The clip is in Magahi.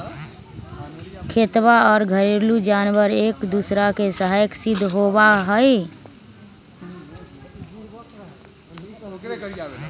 खेतवा और घरेलू जानवार एक दूसरा के सहायक सिद्ध होबा हई